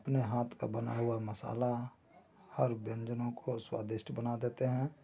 अपने हाथ का बना हुआ मसाला हर व्यंजनों को स्वादिष्ट बना देते हैं